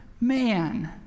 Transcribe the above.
man